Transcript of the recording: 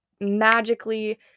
magically